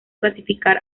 clasificar